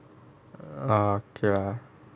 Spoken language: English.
ah okay lah